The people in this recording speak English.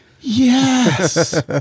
Yes